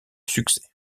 succès